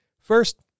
First